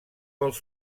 pels